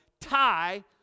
tie